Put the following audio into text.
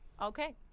Okay